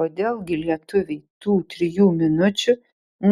kodėl gi lietuviai tų trijų minučių